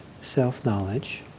self-knowledge